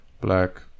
black